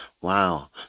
Wow